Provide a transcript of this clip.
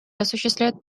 осуществляют